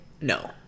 no